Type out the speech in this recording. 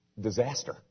Disaster